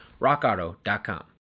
Rockauto.com